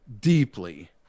deeply